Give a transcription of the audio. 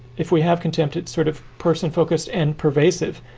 if we have contempt it sort of person focused and pervasive.